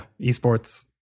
esports